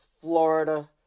Florida